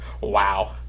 Wow